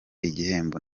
igihembo